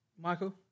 Michael